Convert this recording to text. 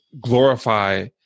glorify